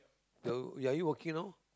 so are you working now